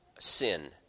Sin